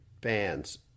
bands